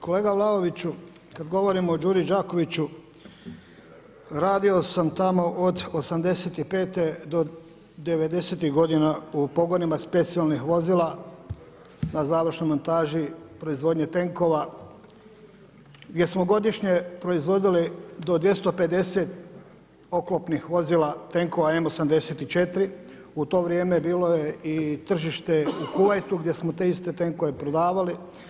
Kolega Vlaoviću, kada govorimo o Đuri Đakoviću radio sam tamo od '85. do devedesetih godina u pogonima specijalnih vozila na završnoj montaži proizvodnje tenkova gdje smo godišnje proizvodili do 250 oklopnih vozila tenkova, M 84 u to vrijeme je bilo je i tržište u Kuvajtu, gdje smo te iste tenkove prodavali.